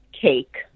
cake